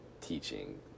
teaching